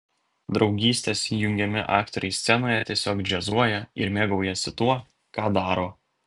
draugystės jungiami aktoriai scenoje tiesiog džiazuoja ir mėgaujasi tuo ką daro